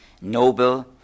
noble